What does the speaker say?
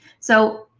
so,